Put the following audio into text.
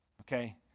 okay